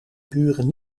buren